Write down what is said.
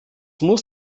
muss